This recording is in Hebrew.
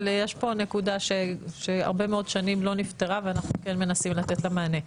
אבל יש פה נקודה שהרבה מאוד שנים לא נפתרה ואנחנו מנסים לתת לה מענה.